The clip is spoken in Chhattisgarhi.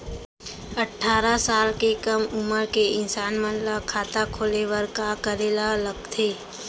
अट्ठारह साल से कम उमर के इंसान मन ला खाता खोले बर का करे ला लगथे?